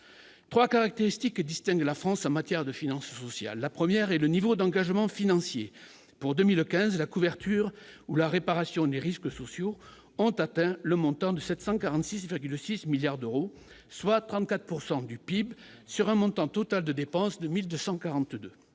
3 caractéristiques distinguent la France a matière de finances sociales la première et le niveau d'engagement financier pour 2015 la couverture ou la réparation des risques sociaux ont atteint le montant de 700 46 6 milliards d'euros, soit 34 pourcent du du PIB sur un montant total de dépenses de 1000